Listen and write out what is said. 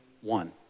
one